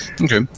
Okay